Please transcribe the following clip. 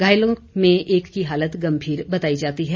घायलों में एक की हालत गंभीर बताई जाती है